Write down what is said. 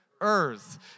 earth